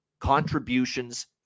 contributions